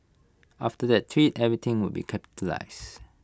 after that tweet everything would be capitalised